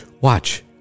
Watch